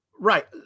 Right